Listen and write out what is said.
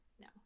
No